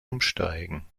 umsteigen